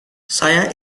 saya